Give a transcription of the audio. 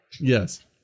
Yes